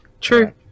true